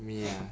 me ah